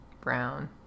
Brown